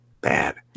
bad